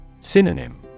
Synonym